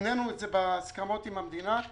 התנינו את זה בהסכמות עם המדינה,